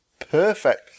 perfect